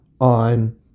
on